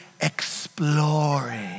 exploring